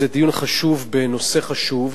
זה דיון חשוב בנושא חשוב.